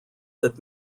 that